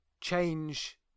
change